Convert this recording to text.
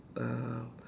uh